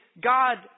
God